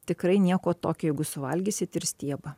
tikrai nieko tokio jeigu suvalgysit ir stiebą